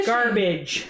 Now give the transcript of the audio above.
Garbage